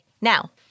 now